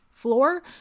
floor